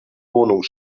wohnung